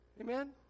Amen